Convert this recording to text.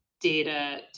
data